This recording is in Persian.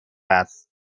است